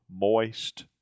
moist